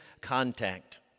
contact